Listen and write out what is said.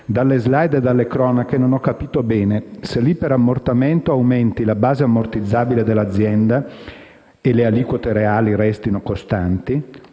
dalle *slide* e dalle cronache non ho capito se l'iperammortamento aumenti la base ammortizzabile dell'azienda e le aliquote reali restino costanti,